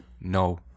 no